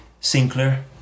Sinclair